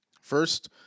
First